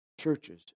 churches